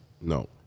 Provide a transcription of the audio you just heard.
No